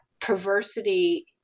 perversity